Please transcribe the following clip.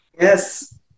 yes